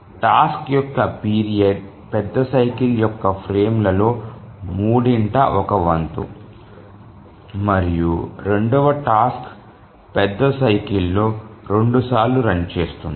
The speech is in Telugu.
టాస్క్ యొక్క పీరియడ్ పెద్ద సైకిల్ యొక్క ఫ్రేమ్లలో మూడింట ఒక వంతు మరియు రెండవ టాస్క్ పెద్ద సైకిల్ లో 2 సార్లు రన్ చేస్తుంది